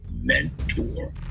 mentor